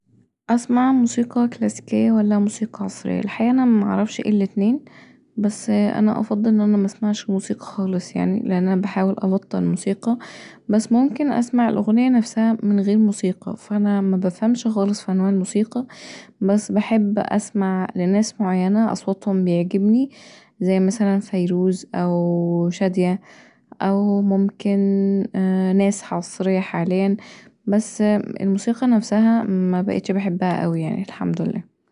أسمع موسيقي كلاسيكيه ولا موسيقي عصرية، الحقيقه انا معرفش ايه الاتنين بس انا افضل ان انا مسمعش موسيقي خالص يعني لأنوانا بحاول أبطل موسيقي بس ممكن اسمع الأغنيه نفسها من غير موسيقي فأنا مبفهمش خالص في أنواع الموسيقي بس بحب أسمع لنا معينه أصواتهم بيعجبني زي مثلا فيروز أو شادية او ممكن ناس عصرية حاليا بس الموسيقي نفسها مبقتش بحبها اوي يعني الحمدلله